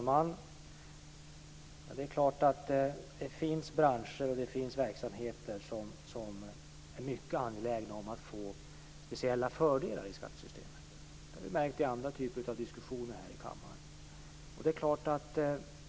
Fru talman! Det är klart att det finns branscher och verksamheter som är mycket angelägna om att få speciella fördelar i skattesystemet. Det har vi märkt i andra typer av diskussioner här i kammaren.